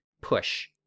push